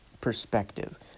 perspective